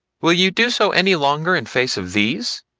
will you do so any longer in face of these?